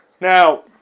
Now